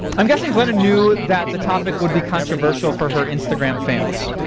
i'm guessing glennon knew that the topic would be controversial for her instagram fans.